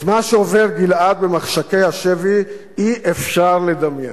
את מה שעובר גלעד במחשכי השבי אי-אפשר לדמיין.